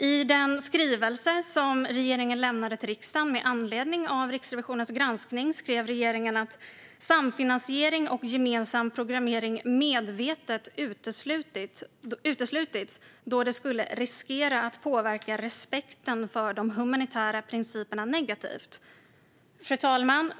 I den skrivelse som regeringen lämnade till riksdagen med anledning av Riksrevisionens granskning skrev regeringen att samfinansiering och gemensam programmering medvetet uteslutits då det skulle riskera att påverka respekten för de humanitära principerna negativt. Fru talman!